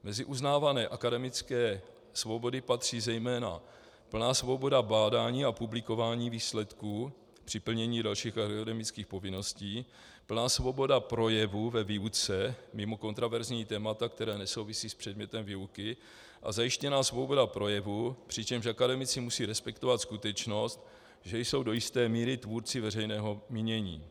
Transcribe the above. Mezi uznávané akademické svobody patří zejména plná svoboda bádání a publikování výsledků při plnění dalších akademických povinností, plná svoboda projevu ve výuce mimo kontroverzní témata, která nesouvisí s předmětem výuky, a zajištěná svoboda projevu, přičemž akademici musí respektovat skutečnost, že jsou do jisté míry tvůrci veřejného mínění.